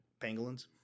Pangolins